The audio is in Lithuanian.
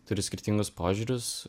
turi skirtingus požiūrius